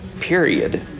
period